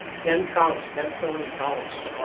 ten counts, ten felony counts,